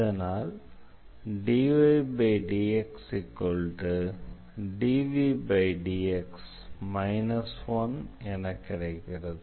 இதனால் dydxdvdx 1 என கிடைக்கிறது